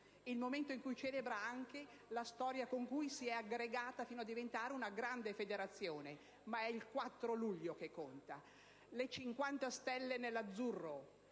il momento in cui celebra anche la storia con cui si è aggregato fino a diventare una grande federazione. È il 4 luglio che conta, le 50 stelle nell'azzurro